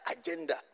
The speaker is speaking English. agenda